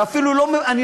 ואני אפילו לא מבקש,